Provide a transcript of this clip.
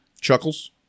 Chuckles